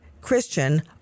Christian